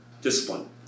discipline